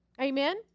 Amen